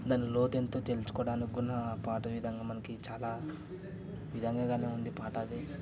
దాని లోతు ఎంతో తెలుసుకోడానికి కూడా పాట విధంగా మనకి చాలా విధంగా గానే ఉంది పాట అది